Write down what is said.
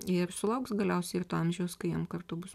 ir sulauks galiausiai ir to amžiaus kai jam kartu bus